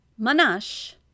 Manash